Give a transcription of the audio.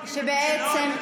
גברתי,